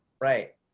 right